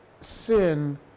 sin